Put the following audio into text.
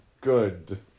good